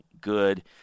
good